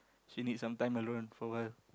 he need sometimes alone for awhile